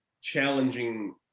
challenging